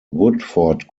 woodford